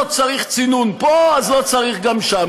לא צריך צינון פה, אז לא צריך גם שם.